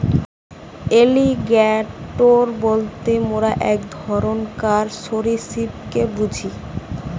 alligator বলতে মোরা এক ধরণকার সরীসৃপকে বুঝি